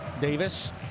Davis